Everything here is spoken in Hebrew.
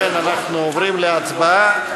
לכן אנחנו עוברים להצבעה.